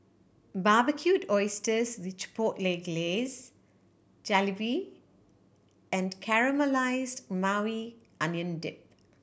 Barbecued Oysters with Chipotle Glaze Jalebi and Caramelized Maui Onion Dip